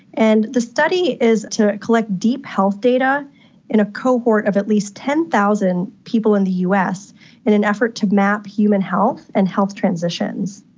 and the study is to collect deep health data in a cohort of at least ten thousand people in the us in an effort to map human health and health transitions.